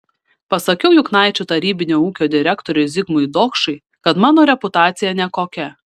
pasakiau juknaičių tarybinio ūkio direktoriui zigmui dokšui kad mano reputacija nekokia